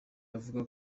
avuga